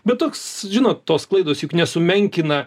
bet toks žinot tos klaidos juk nesumenkina